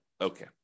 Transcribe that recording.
Okay